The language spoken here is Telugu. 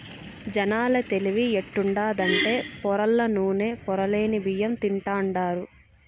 జనాల తెలివి ఎట్టుండాదంటే పొరల్ల నూనె, పొరలేని బియ్యం తింటాండారు